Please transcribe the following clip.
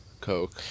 Coke